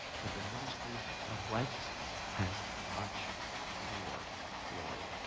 but the ministry of righteousness has much more glory.